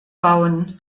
bauen